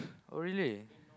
oh really